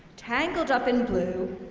tangled up in blue,